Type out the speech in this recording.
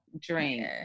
drink